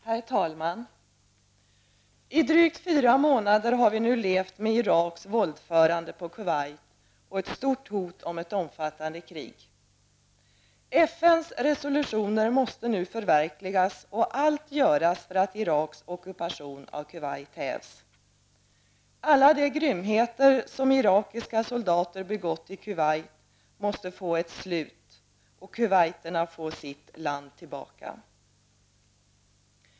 Herr talman! I drygt fyra månader har vi nu levt med Iraks våldförande på Kuwait och ett stort hot om ett omfattande krig. FNs resolutioner måste nu förverkligas och allt göras för att Iraks ockupation av Kuwait hävs. Alla de grymheter som irakiska soldater begår i Kuwait måste få ett slut, och kuwaitierna måste få sitt land tillbaka.